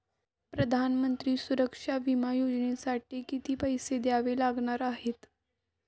प्रधानमंत्री सुरक्षा विमा योजनेसाठी किती पैसे द्यावे लागणार आहेत?